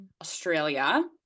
Australia